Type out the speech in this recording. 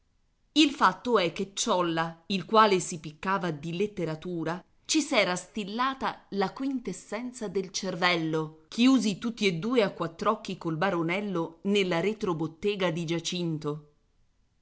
il fatto è che ciolla il quale si piccava di letteratura ci s'era stillata la quintessenza del cervello chiusi tutti e due a quattr'occhi col baronello nella retrobottega di giacinto